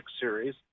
series